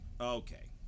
Okay